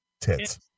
tits